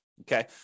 okay